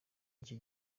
icyo